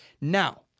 Now